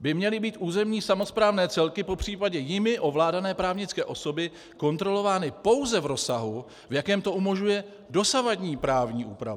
by měly být územní samosprávné celky, popř. jimi ovládané právnické osoby kontrolovány pouze v rozsahu, v jakém to umožňuje dosavadní právní úprava.